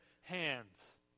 hands